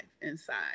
inside